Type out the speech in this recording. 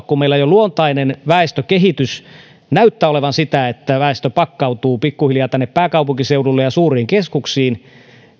kun meillä jo luontainen väestökehitys näyttää olevan sitä että väestö pakkautuu pikkuhiljaa tänne pääkaupunkiseudulle ja suuriin keskuksiin